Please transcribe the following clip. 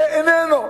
זה איננו.